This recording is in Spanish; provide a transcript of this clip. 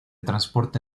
transporte